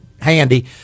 handy